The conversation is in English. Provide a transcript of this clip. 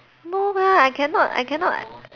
no lah I cannot I cannot